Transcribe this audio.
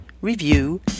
review